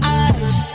eyes